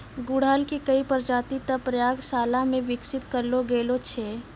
गुड़हल के कई प्रजाति तॅ प्रयोगशाला मॅ विकसित करलो गेलो छै